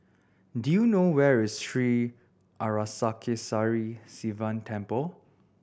do you know where is Sri Arasakesari Sivan Temple